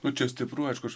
nu čia stipru aišku aš